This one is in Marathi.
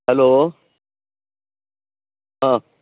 हॅलो हां